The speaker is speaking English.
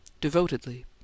Devotedly